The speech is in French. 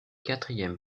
quatrième